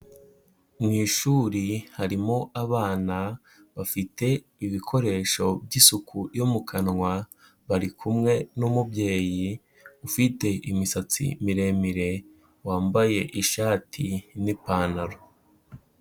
Mu ishuri harimo abana bafite ibikoresho by'isuku yo mu kanwa, bari kumwe n'umubyeyi ufite imisatsi miremire, wambaye ishati n'ipantaro.